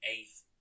eighth